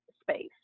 space